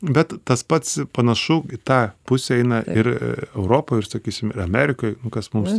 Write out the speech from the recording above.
bet tas pats panašu į tą pusę eina ir europoj ir sakysim amerikoj nu kas mums